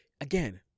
again